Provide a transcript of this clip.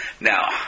Now